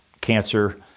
cancer